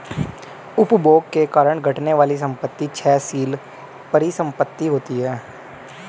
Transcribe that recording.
उपभोग के कारण घटने वाली संपत्ति क्षयशील परिसंपत्ति होती हैं